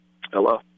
Hello